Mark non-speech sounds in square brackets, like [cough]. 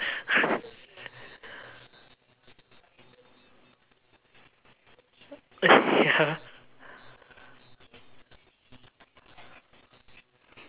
[laughs] ya